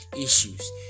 issues